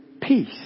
peace